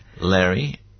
Larry